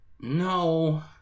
No